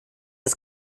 das